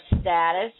status